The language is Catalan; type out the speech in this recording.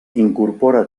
incorpora